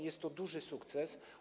Jest to duży sukces.